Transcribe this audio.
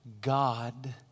God